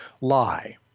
lie